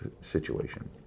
situation